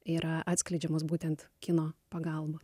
yra atskleidžiamos būtent kino pagalba